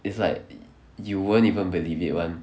it's like you won't even believe it [one]